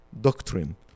doctrine